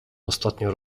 ostatnio